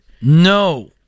No